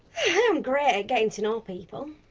i am great at getting to know people.